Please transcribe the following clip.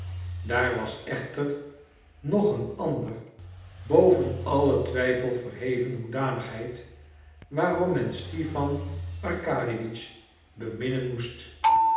daar was echter nog een andere boven allen twijfel verheven hoedanigheid waarom men stipan arkadiewitsch beminnen moest